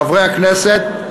חברי הכנסת,